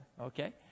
okay